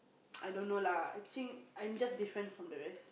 I don't know lah I ching I'm just different from the rest